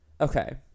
Okay